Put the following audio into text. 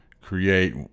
create